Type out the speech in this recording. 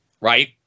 right